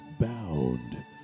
bound